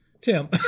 Tim